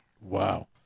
wow